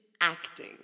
acting